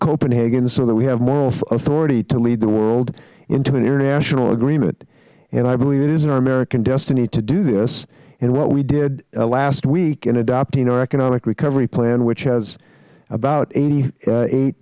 copenhagen so that we have moral authority to lead the world into an international agreement i believe it is in our american destiny to do this and what we did last week in adopting our economic recovery plan which has about eighty eight